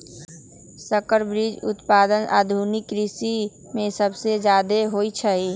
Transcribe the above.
संकर बीज उत्पादन आधुनिक कृषि में सबसे जादे होई छई